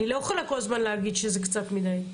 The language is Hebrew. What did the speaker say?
אני לא יכולה כל הזמן לומר שזה מעט מדיי.